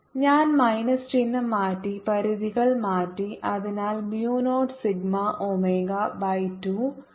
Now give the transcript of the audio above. ഞാൻ മൈനസ് ചിഹ്നം മാറ്റി പരിധികൾ മാറ്റി അതിനാൽ mu 0 സിഗ്മ ഒമേഗ ബൈ 2